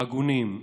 ההגונים,